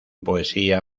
poesía